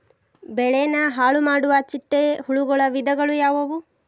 ಬೆಳೆನ ಹಾಳುಮಾಡುವ ಚಿಟ್ಟೆ ಹುಳುಗಳ ವಿಧಗಳು ಯಾವವು?